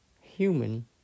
human